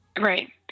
Right